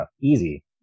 easy